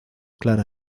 clara